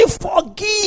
forgive